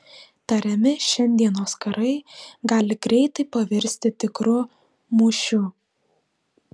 tariami šiandienos karai gali greitai pavirsti tikru mūšiu